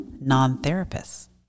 non-therapists